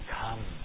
come